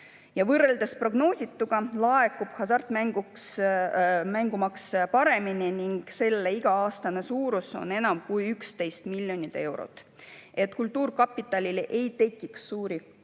Võrreldes prognoosituga laekub hasartmängumaks paremini ning selle iga-aastane suurus on enam kui 11 miljonit eurot. Et kultuurkapitalile ei tekiks suuri